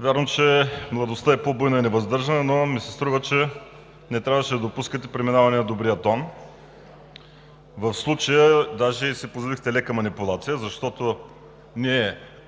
Вярно, че младостта е по-буйна и невъздържана, но ми се струва, че не трябваше да допускате преминаване на добрия тон. В случая даже си позволихте лека манипулация, защото